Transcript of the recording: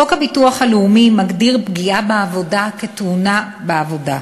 חוק הביטוח הלאומי מגדיר פגיעה בעבודה כתאונת עבודה.